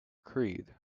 creed